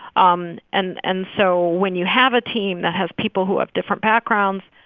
um and and so when you have a team that has people who have different backgrounds,